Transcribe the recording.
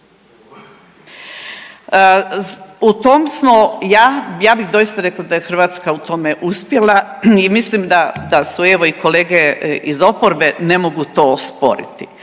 U tom smo, ja bih doista rekla da je Hrvatska u tome uspjela i mislim da su evo i kolege iz oporbe ne mogu to osporiti.